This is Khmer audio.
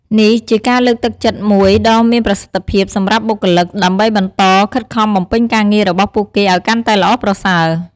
នេះជាការលើកទឹកចិត្តមួយដ៏មានប្រសិទ្ធភាពសម្រាប់បុគ្គលិក ដើម្បីបន្តខិតខំបំពេញការងាររបស់ពួកគេឲ្យកាន់តែល្អប្រសើរ។